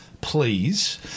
please